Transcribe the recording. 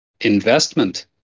investment